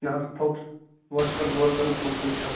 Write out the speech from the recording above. نا حظ فوکَس بہٕ حظ چھُس کَران بہٕ حظ چھُس کَران فوکَس انشاء اللہ